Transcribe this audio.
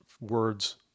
words